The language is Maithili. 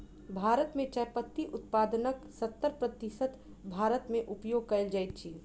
भारत मे चाय पत्ती उत्पादनक सत्तर प्रतिशत भारत मे उपयोग कयल जाइत अछि